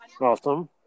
Awesome